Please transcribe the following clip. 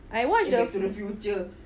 I watched the